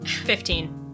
Fifteen